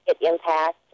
impact